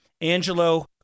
Angelo